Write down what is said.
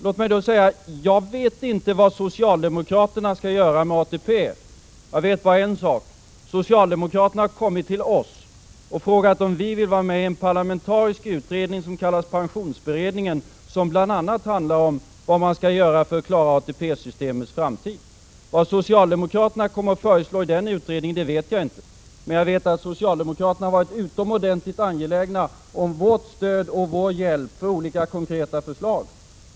Låt mig säga att jag inte vet vad socialdemokraterna skall göra med ATP. Jag vet bara en sak: socialdemokraterna har kommit till oss och frågat oss, om vi vill vara i en parlamentarisk utredning som kallas pensionsberedningen och som bl.a. handlar om vad man skall göra för att klara ATP-systemets framtid. Vad socialdemokraterna kommer att föreslå i den utredningen vet jag inte, men jag vet att socialdemokraterna har varit utomordentligt angelägna om vårt stöd och vår hjälp för olika konkreta förslag.